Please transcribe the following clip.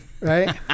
right